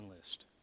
list